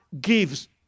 gives